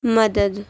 مدد